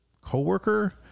co-worker